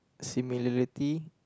similarity